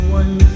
one